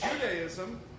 Judaism